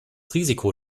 risiko